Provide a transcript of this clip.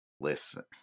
Listen